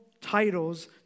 titles